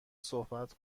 صحبت